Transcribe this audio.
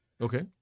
Okay